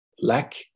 lack